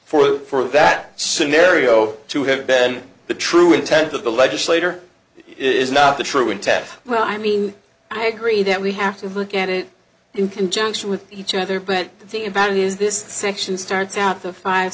for for that scenario to have been the true intent of the legislator is not the true intent well i mean i agree that we have to look at it in conjunction with each other but the thing about it is this section starts out the five